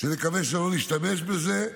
שנקווה שלא נשתמש בזה,